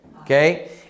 Okay